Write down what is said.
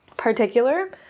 particular